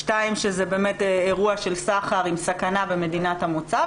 באמת אירוע של סחר עם סכנה במדינת המוצא.